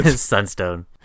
sunstone